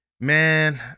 Man